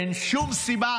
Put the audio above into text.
אין שום סיבה